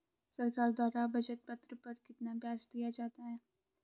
सरकार द्वारा बचत पत्र पर कितना ब्याज दिया जाता है?